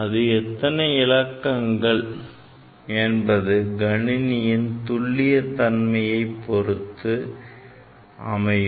அது எத்தனை இலக்கங்கள் என்பது கணிப்பியின் துல்லிய தன்மையைப் பொருத்து அமையும்